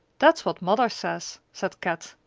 that's what mother says, said kat.